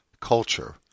culture